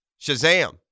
Shazam